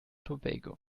tobago